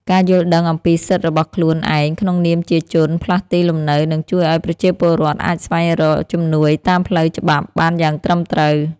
ការយល់ដឹងអំពីសិទ្ធិរបស់ខ្លួនឯងក្នុងនាមជាជនផ្លាស់ទីលំនៅនឹងជួយឱ្យប្រជាពលរដ្ឋអាចស្វែងរកជំនួយតាមផ្លូវច្បាប់បានយ៉ាងត្រឹមត្រូវ។